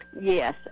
Yes